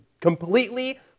completely